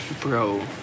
bro